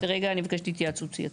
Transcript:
רגע, אני מבקשת התייעצות סיעתית.